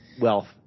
Wealth